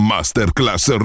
Masterclass